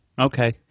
okay